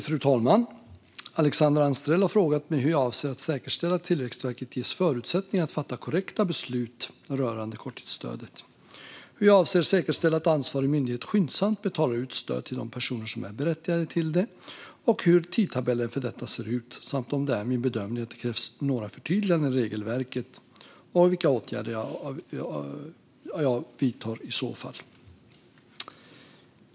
Fru talman! Alexandra Anstrell har frågat mig hur jag avser att säkerställa att Tillväxtverket ges förutsättningar att fatta korrekta beslut rörande korttidsstödet, hur jag avser att säkerställa att ansvarig myndighet skyndsamt betalar ut stöd till de personer som är berättigade till det och hur tidtabellen för detta ser ut samt om det är min bedömning att det krävs några förtydliganden i regelverket och vilka åtgärder jag i så fall vidtar.